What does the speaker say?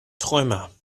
träumer